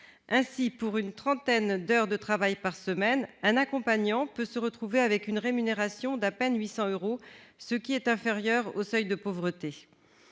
Ainsi, pour une trentaine d'heures de travail par semaine, un accompagnant peut se retrouver avec une rémunération d'à peine 800 euros, ce qui est inférieur au seuil de pauvreté.